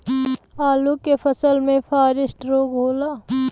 आलू के फसल मे फारेस्ट रोग होला?